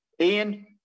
Ian